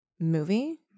movie